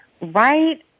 right